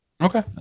Okay